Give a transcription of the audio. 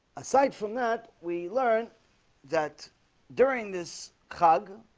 aside from that we learn that during this hug